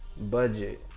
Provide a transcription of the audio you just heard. budget